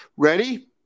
ready